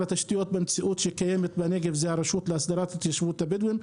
התשתיות אלא הרשות להסדרת התיישבות הבדואים.